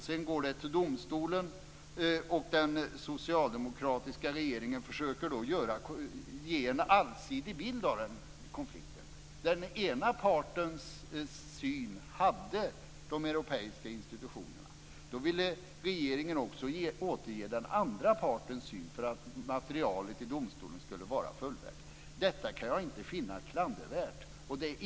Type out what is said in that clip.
Sedan går det till domstolen, och den socialdemokratiska regeringen försöker då ge en allsidig bild av konflikten. Den ena partens syn hade de europeiska institutionerna. Då ville regeringen också återge den andra partens syn, för att materialet i domstolen skulle vara fullvärdigt. Det kan jag inte finna klandervärt.